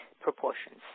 proportions